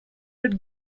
not